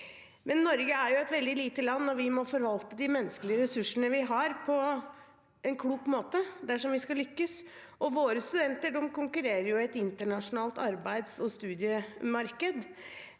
loven. Norge er et veldig lite land, og vi må forvalte de menneskelige ressursene vi har, på en klok måte dersom vi skal lykkes. Våre studenter konkurrerer i et internasjonalt arbeids- og studiemarked,